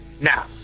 Now